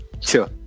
Sure